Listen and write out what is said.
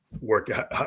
work